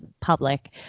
public